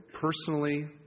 personally